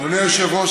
אדוני היושב-ראש,